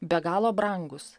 be galo brangūs